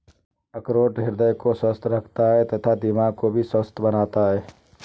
अखरोट हृदय को स्वस्थ रखता है तथा दिमाग को भी स्वस्थ बनाता है